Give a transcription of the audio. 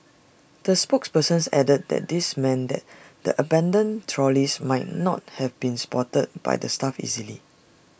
the spokesperson added that this meant that the abandoned trolleys might not have been spotted by the staff easily